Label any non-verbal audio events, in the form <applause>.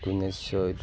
<unintelligible>